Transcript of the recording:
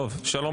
שלום